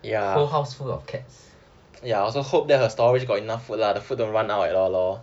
whole house ful of cats